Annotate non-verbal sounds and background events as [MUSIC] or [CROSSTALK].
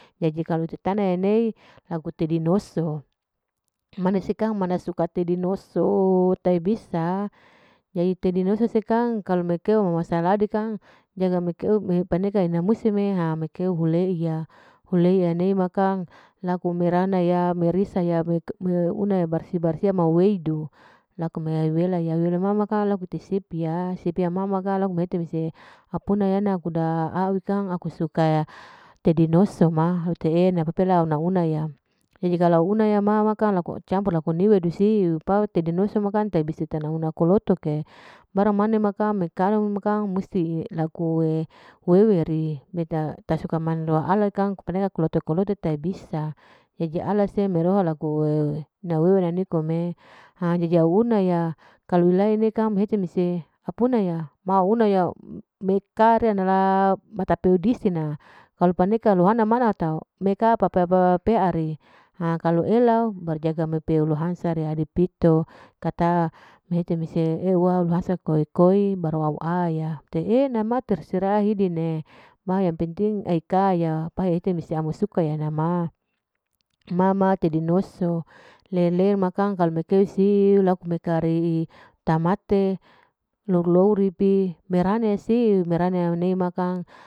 Jadi kalu utana enei laku tedinoso, manu sekang suka tedi noso tahi bisa, jadi tedi noso se kang kalu mekeu ma wasaladi kang jaga mekeu paneka ina musim'e, ha mekeu huleiya, hulei nei makang laku merana ya, merisa ya, meuna ya bersi-bersi ma weudu laku mewelaya, wela ma ma kang laku te sipi ya, sipi ya ma ma kang laku mehete mese apuna yena kuda a'awi kang aku suka tedi noso ma, auta e'ena pope la naunauna ya jadi kalu auna ya ya ma kang laku au campur laku niweudu siu, pau tedi noso bukang tahi bisa una-una kuloto ke, barang mane makang mekanu bukang mesti laku weweri, eta tak suka man lo ala kang [UNINTELLIGIBLE] kuloto-kuloto tahi bisa jadi ala se meroha, laku'e nawewe nanikom'e, ha jadi auna ya kalu leani ini kang mehete mese apuna ya mauna ya meka reanala mata peodisina, kalu paneka lohana manata meka papapeari, ha kalu elau baru jaga mepeulohansa, rehadepito, kata mehete mese yawwa lohansa koi-koi baru au aya, ete e'ena mater terserah hideni ma yang penting aikaya, apa hite mese ami suka ya tedi noso lele ma kang lalu me keu siu laku meka rei tamate lour lour pi merana ye siu merana nei ma kang.